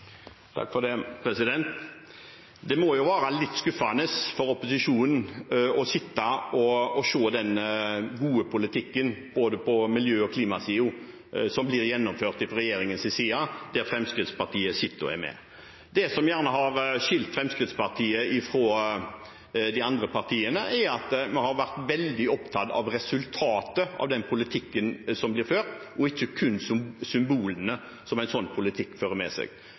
Det må være litt skuffende for opposisjonen å sitte og se på den gode politikken – både på miljøsiden og på klimasiden – som blir gjennomført fra regjeringens side, der Fremskrittspartiet sitter og er med. Det som gjerne har skilt Fremskrittspartiet fra de andre partiene, er at vi har vært veldig opptatt av resultatet av den politikken som blir ført, og ikke kun av symbolene som en slik politikk fører med seg.